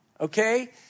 Okay